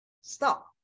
stop